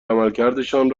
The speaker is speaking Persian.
عملکردشان